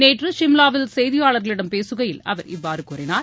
நேற்று சிம்லாவில் செய்தியாளர்களிடம் பேசுகையில் அவர் இவ்வாறு கூறினார்